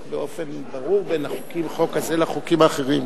באופן ברור בין החוק הזה לחוקים האחרים.